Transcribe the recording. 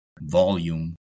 volume